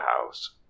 house